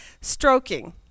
stroking